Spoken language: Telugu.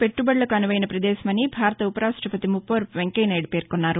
పెట్టుబడులకు అనువైన ప్రదేశమని భారత ఉపరాష్టపతి ముప్పవరపు వెంకయ్యనాయుడు పేర్కొన్నారు